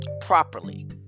properly